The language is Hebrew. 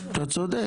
אתה צודק.